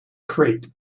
crate